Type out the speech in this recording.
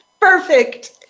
Perfect